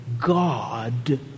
God